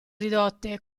ridotte